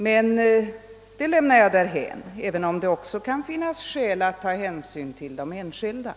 Men det lämnar jag därhän, även om det verkligen kan finnas skäl att också ta hänsyn till enskilda.